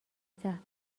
سخته